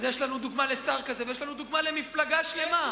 יש לנו דוגמה לשר כזה ויש לנו דוגמה למפלגה שלמה,